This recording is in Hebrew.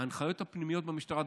ההנחיות הפנימיות במשטרה,